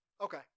Okay